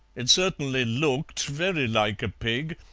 it certainly looked very like a pig,